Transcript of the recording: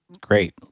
great